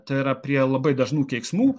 tai yra prie labai dažnų keiksmų